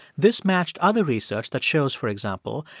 this matched other research that shows, for example,